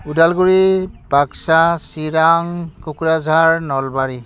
Udalguri Baksa Chirang Kokrajhar Nalbari